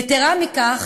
יתרה מכך,